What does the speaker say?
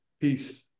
Peace